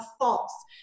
false